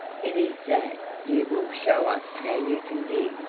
it is that you will show us how you can dig.